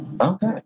Okay